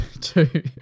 two